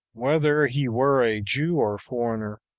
whether he were a jew or foreigner,